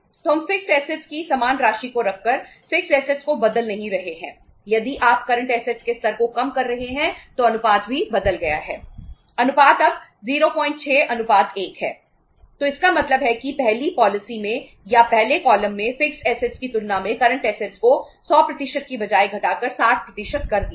और अब हम कुल 8 लाख की ऐसेटस को 100 की बजाए घटाकर 60 कर दिया है